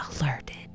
alerted